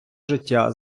життя